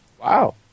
Wow